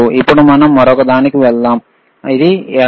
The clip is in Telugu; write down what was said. ఇప్పుడు మనం మరొకదానికి వెళ్దాం ఇది ఎడమ